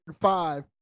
five